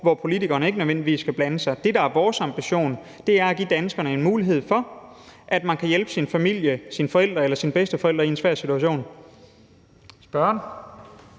hvor politikerne ikke nødvendigvis skal blande sig. Det, der er vores ambition, er at give danskerne en mulighed for, at man kan hjælpe sin familie, sine forældre eller sine bedsteforældre, i en svær situation.